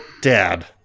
Dad